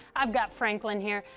i've got franklin here,